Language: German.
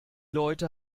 leute